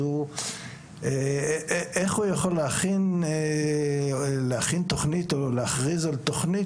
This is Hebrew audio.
אז איך הוא יכול להכין תכנית או להכריז על תכנית